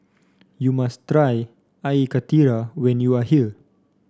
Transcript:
you must try Air Karthira when you are here